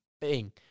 Bing